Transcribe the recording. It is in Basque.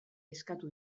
eskatu